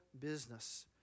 business